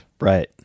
Right